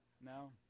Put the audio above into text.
No